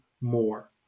more